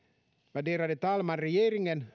värderade talman regeringen